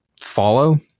follow